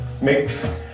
mix